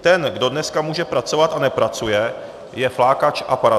Ten, kdo dneska může pracovat a nepracuje, je flákač a parazit.